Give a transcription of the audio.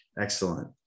excellent